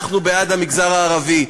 אנחנו בעד המגזר הערבי.